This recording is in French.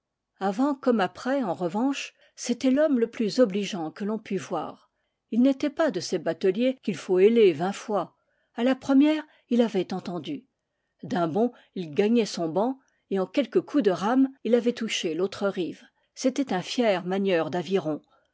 avant comme après en revanche c'était l'homme le plus obligeant que l'on pût voir il n'était pas de ces bateliers qu'il faut héler vingt fois à la première il avait entendu d'un bond il gagnait son banc et en quelques coups de rames il avait touché l'autre rive c'était un fier manieur